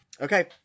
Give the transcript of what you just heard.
Okay